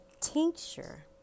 tincture